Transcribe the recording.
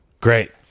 Great